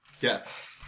Yes